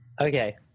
Okay